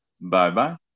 Bye-bye